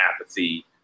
apathy